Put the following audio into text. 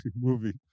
movie